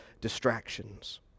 distractions